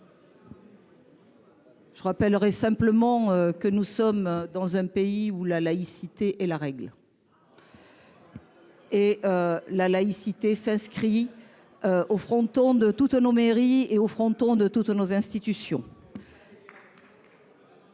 je rappellerai simplement que nous sommes dans un pays où la laïcité est la règle ; elle s'inscrit au fronton de toutes nos mairies et de toutes nos institutions.